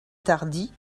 tardy